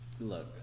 Look